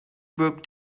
book